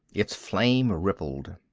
its flame rippled.